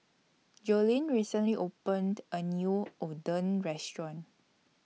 Joleen recently opened A New Oden Restaurant